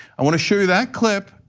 i want to show you that clip,